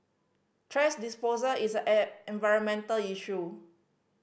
thrash disposal is an environmental issue